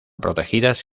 protegidas